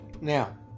Now